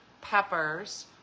peppers